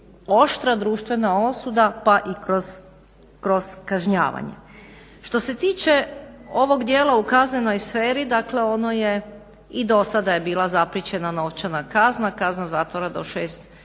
oštra društvena osuda pa i kroz kažnjavanje. Što se tiče ovog dijela u kaznenoj sferi, dakle ono je i do sada je bila zarečena novčana kazna, kazna zatvora do 6